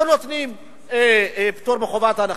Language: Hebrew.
לא נותנים פטור מחובת הנחה.